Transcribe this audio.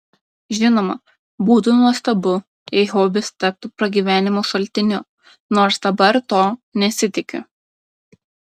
žinoma būtų nuostabu jei hobis taptų pragyvenimo šaltiniu nors dabar to nesitikiu